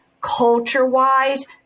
culture-wise